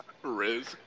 Riz